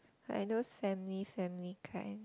like those family family kind